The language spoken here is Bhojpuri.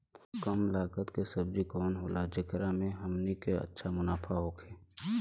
कम लागत के सब्जी कवन होला जेकरा में हमनी के अच्छा मुनाफा होखे?